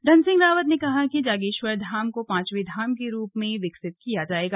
धन सिंह रावत ने कहा कि जागेश्वर धाम को पांचवें धाम के रूप में विकसित किया जाएगा